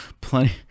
plenty